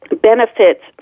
benefits